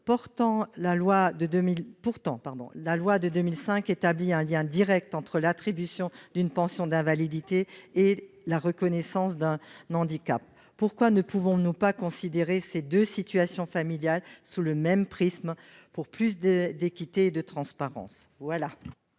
Pourtant, la loi de 2005 établit un lien direct entre l'attribution d'une pension d'invalidité et la reconnaissance d'un handicap. Pourquoi ne pouvons-nous pas considérer ces deux situations familiales sous le même prisme, pour plus d'équité et de transparence ?